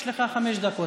יש לך חמש דקות.